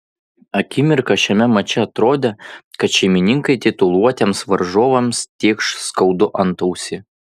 akimirką šiame mače atrodė kad šeimininkai tituluotiems varžovams tėkš skaudų antausį